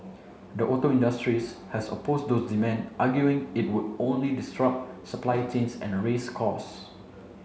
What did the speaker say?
the auto industry's has opposed those demand arguing it would only disrupt supply chains and raise costs